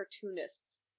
cartoonists